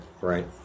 right